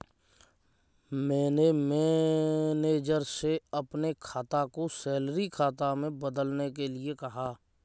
मैंने मैनेजर से अपने खाता को सैलरी खाता में बदलने के लिए कहा